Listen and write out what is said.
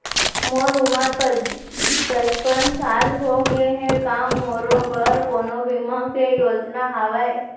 मोर उमर पचपन साल होगे हे, का मोरो बर कोनो बीमा के योजना हावे?